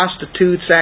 prostitutes